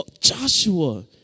Joshua